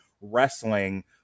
wrestling